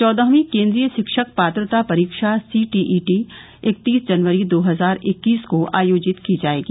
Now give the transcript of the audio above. चौदहवीं केंद्रीय शिक्षक पात्रता परीक्षा सीटीईटी इकत्तीस जनवरी दो हजार इक्कीस को आयोजित की जाएगी